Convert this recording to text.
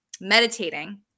meditating